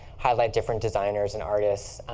highlight different designers and artists.